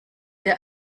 der